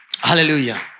Hallelujah